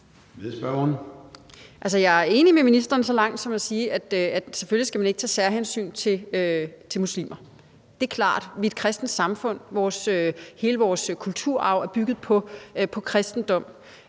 jeg er enig med ministeren så langt som til at sige, at selvfølgelig skal man ikke tage særhensyn til muslimer; det er klart. Vi er et kristent samfund, og hele vores kulturarv er bygget på kristendom.